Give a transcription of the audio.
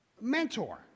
Mentor